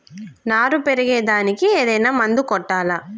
నారు పెరిగే దానికి ఏదైనా మందు కొట్టాలా?